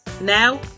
Now